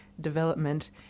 development